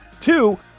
Two